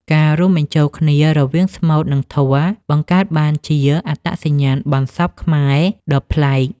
ការរួមបញ្ចូលគ្នារវាងស្មូត និងធម៌ បង្កើតបានជាអត្តសញ្ញាណបុណ្យសពខ្មែរដ៏ប្លែក។